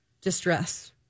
distress